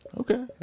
Okay